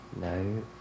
No